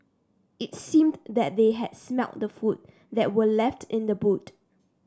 it seemed that they had smelt the food that were left in the boot